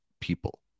people